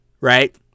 right